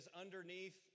underneath